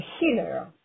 healer